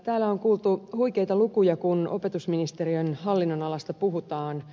täällä on kuultu huikeita lukuja kun opetusministeriön hallinnonalasta puhutaan